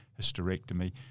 hysterectomy